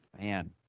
Man